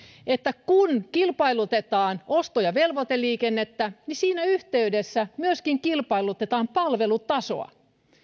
että kun kilpailutetaan osto ja velvoiteliikennettä niin siinä yhteydessä myöskin kilpailutetaan palvelutasoa